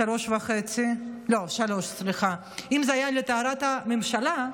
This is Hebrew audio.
3. אם זה היה לטהרת הממשלה,